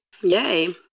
Yay